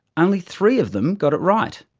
only three of them got it right!